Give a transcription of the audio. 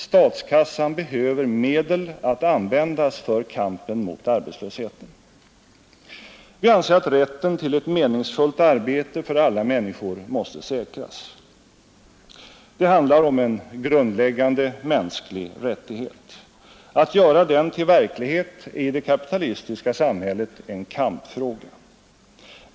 Statskassan behöver medel att användas för kampen mot arbetslösheten. Vi anser att rätten till ett meningsfullt arbete för alla människor måste säkras, Det handlar om en grundläggande mänsklig rättighet. Att göra den till verklighet är i det kapitalistiska samhället en kampfråga.